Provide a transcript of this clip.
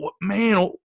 Man